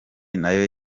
nayo